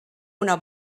una